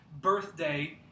birthday